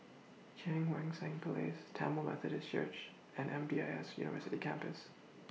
Cheang Wan Seng Place Tamil Methodist Church and M D I S University Campus